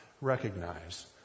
recognize